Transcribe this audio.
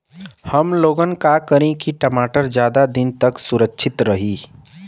हमलोग का करी की टमाटर ज्यादा दिन तक सुरक्षित रही?